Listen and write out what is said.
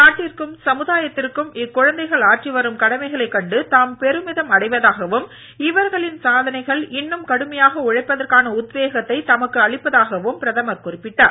நாட்டிற்கும் சமுதாயத்திற்கும் இக்குழந்தைகள் ஆற்றி வரும் கடமைகளைக் கண்டு தாம் பெருமிதம் அடைவதாகவும் இவர்களின் சாதனைகள் இன்னும் கடுமையாக உழைப்பதற்கான உத்வேகத்தை தமக்கு அளிப்பதாகவும் பிரதமர் குறிப்பிட்டார்